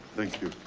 thank you.